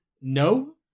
No